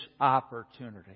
opportunity